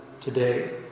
today